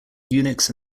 unix